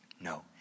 No